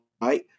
right